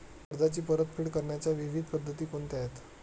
कर्जाची परतफेड करण्याच्या विविध पद्धती कोणत्या आहेत?